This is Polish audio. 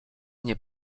mnie